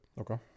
Okay